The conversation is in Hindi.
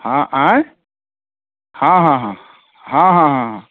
हाँ आएँ हाँ हाँ हाँ हाँ हाँ हाँ हाँ